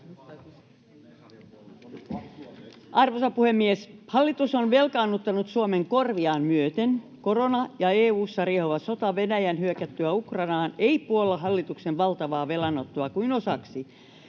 Arvoisa puhemies! Hallitus on velkaannuttanut Suomen korviaan myöten. Korona ja EU:ssa riehuva sota Venäjän hyökättyä Ukrainaan eivät puolla hallituksen valtavaa velanottoa kuin osaksi.